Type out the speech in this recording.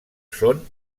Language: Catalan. són